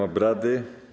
obrady.